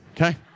Okay